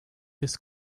this